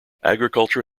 agriculture